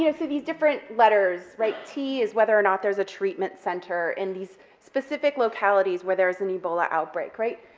you know so these different letters, right, t is whether or not there's a treatment center in these specific localities where there's an ebola outbreak, right.